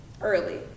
early